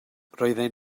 roedden